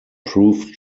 proof